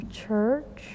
church